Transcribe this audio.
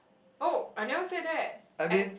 oh I never say that I